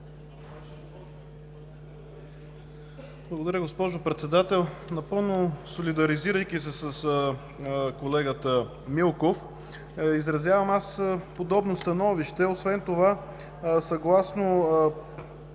Благодаря, госпожо Председател. Напълно солидаризирайки се с колегата Милков, изразявам подобно становище. Освен това, съгласно